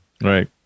Right